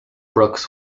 brooks